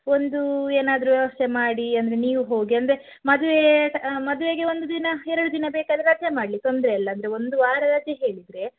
ಒಂದು ಏನಾದರೂ ವ್ಯವಸ್ಥೆ ಮಾಡಿ ಅಂದರೆ ನೀವು ಹೋಗಿ ಅಂದೆ ಮದುವೆ ತ ಮದುವೆಗೆ ಒಂದು ದಿನ ಎರಡು ದಿನ ಬೇಕಾದರೆ ರಜೆ ಮಾಡಲಿ ತೊಂದರೆಯಿಲ್ಲ ಅಂದರೆ ಒಂದು ವಾರ ರಜೆ ಹೇಳಿದರೆ